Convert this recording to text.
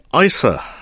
ISA